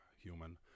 human